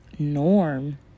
norm